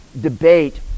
debate